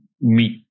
meet